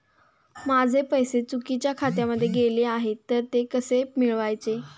माझे पैसे चुकीच्या खात्यामध्ये गेले आहेत तर ते परत कसे मिळवायचे?